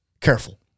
careful